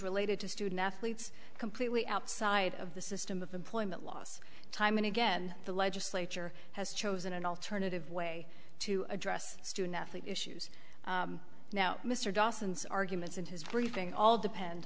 related to student athletes completely outside of the system of employment last time and again the legislature has chosen an alternative way to address student athlete issues now mr dawsons arguments in his briefing all depend